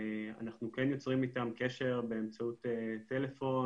אנחנו כן יוצרים איתם קשר באמצעות טלפון,